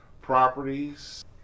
properties